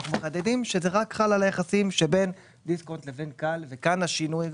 אנחנו מחדדים שזה חל רק על היחסים שבין דיסקונט לבין כאל וכאן השינוי,